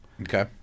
Okay